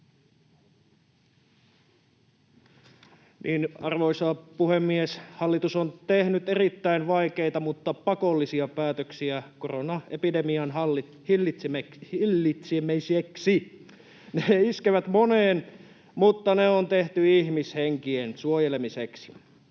Arvoisa puhemies! Hallitus on tehnyt erittäin vaikeita mutta pakollisia päätöksiä koronaepidemian hillitsemiseksi. Ne iskevät moneen, mutta ne on tehty ihmishenkien suojelemiseksi.